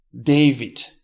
David